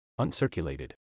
Uncirculated